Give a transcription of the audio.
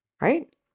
right